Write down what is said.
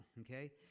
okay